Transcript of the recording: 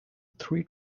three